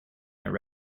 their